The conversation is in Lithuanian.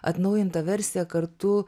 atnaujintą versiją kartu